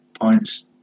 points